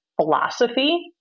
philosophy